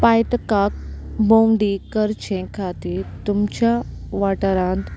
पायतकाक भोंवडी करचें खातीर तुमच्या वाठारांत